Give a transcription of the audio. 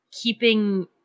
keeping